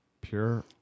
Pure